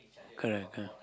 correct yeah